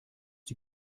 die